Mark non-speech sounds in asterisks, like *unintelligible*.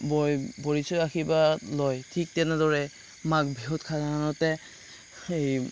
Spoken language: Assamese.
*unintelligible* ভৰি চুই আশীৰ্বাদ লয় ঠিক তেনেদৰে মাঘ বিহুত সাধাৰণতে সেই